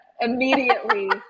immediately